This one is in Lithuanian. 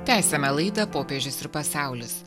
tęsiame laidą popiežius ir pasaulis